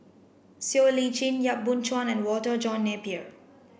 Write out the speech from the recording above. Siow Lee Chin Yap Boon Chuan and Walter John Napier